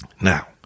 Now